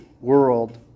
world